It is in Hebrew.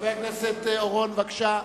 חבר הכנסת אורון, בבקשה.